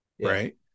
Right